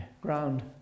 ground